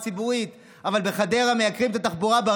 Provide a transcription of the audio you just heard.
ואמרה: ניסע בתחבורה הציבורית.